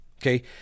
okay